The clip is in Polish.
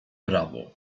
prawo